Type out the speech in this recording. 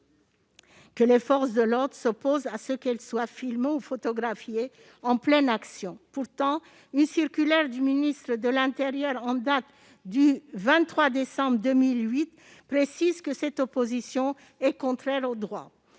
que les forces de l'ordre s'opposent à ce qu'elles soient filmées ou photographiées en pleine action. Pourtant, une circulaire du ministre de l'intérieur en date du 23 décembre 2008 précise que cette opposition est contraire au droit.